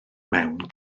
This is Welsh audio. mewn